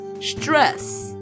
stress